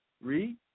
Read